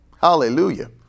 Hallelujah